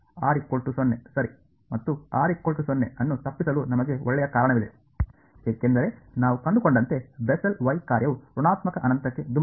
r0 ಸರಿ ಮತ್ತು r0ಅನ್ನು ತಪ್ಪಿಸಲು ನಮಗೆ ಒಳ್ಳೆಯ ಕಾರಣವಿದೆ ಏಕೆಂದರೆ ನಾವು ಕಂಡುಕೊಂಡಂತೆ ಬೆಸೆಲ್ ವೈ ಕಾರ್ಯವು ಋಣಾತ್ಮಕ ಅನಂತಕ್ಕೆ ಧುಮುಕುವುದು